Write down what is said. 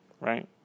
right